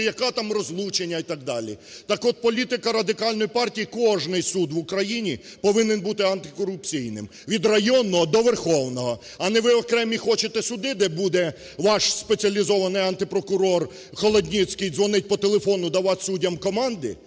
яка там розлучення і так далі? Так от, політика Радикальної партії: кожен суд в Україні повинен бути антикорупційним – від районного до Верховного, а не ви окремі хочете суди, де буде ваш спеціалізований антипрокурор Холодницький дзвонити по телефону, давати суддям команди.